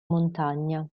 montagna